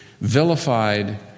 vilified